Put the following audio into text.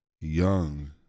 young